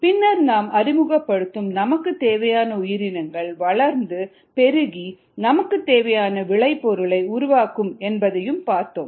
பின்னர் நாம் அறிமுகப்படுத்தும் நமக்கு தேவையான உயிரினங்கள் வளர்ந்து பெருகி நமக்கு தேவையான விளைபொருளை உருவாக்கும் என்பதைப் பார்த்தோம்